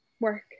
work